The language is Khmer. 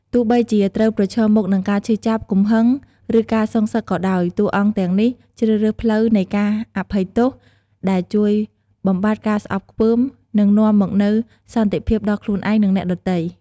ទោះបីជាត្រូវប្រឈមមុខនឹងការឈឺចាប់ កំហឹង ឬការសងសឹកក៏ដោយ តួអង្គទាំងនេះជ្រើសរើសផ្លូវនៃការអភ័យទោស ដែលជួយបំបាត់ការស្អប់ខ្ពើម និងនាំមកនូវសន្តិភាពដល់ខ្លួនឯង និងអ្នកដទៃ។